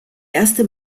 erste